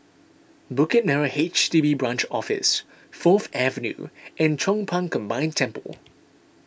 Bukit Merah H D B Branch Office Fourth Avenue and Chong Pang Combined Temple